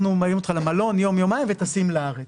אנחנו מביאים אותך למלון, יום-יומיים וטסים לארץ.